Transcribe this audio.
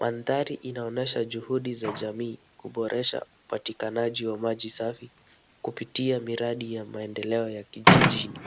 Mandhari inaonyesha juhudi za jamii, kuboresha upatikanaji wa maji safi kupitia miradi ya maendeleo ya kijiji hiki.